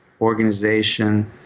organization